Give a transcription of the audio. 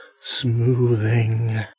smoothing